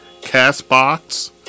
CastBox